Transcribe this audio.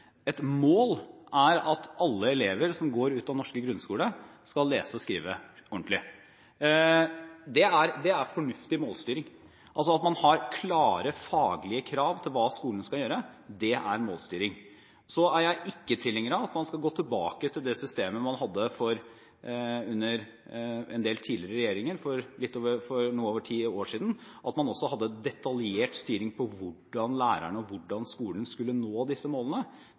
Et mål er at alle elever som går ut av den norske grunnskolen, skal kunne lese og skrive ordentlig. Det er fornuftig målstyring. At man har klare faglige krav til hva skolen skal gjøre, er målstyring. Så er jeg ikke tilhenger av at man skal gå tilbake til det systemet man hadde under en del tidligere regjeringer – for noe over ti år siden – hvor man også hadde detaljert styring på hvordan lærerne og hvordan skolen skulle nå disse målene.